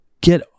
get